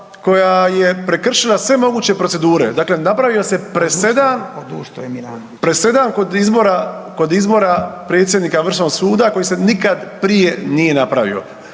koja je prekršila sve moguće procedure. Dakle, napravio se presedan kod izbora predsjednika Vrhovnog suda koji se nikad prije nije napravio.